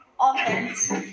offense